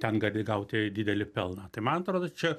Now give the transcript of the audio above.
ten gali gauti didelį pelną tai man atrodo čia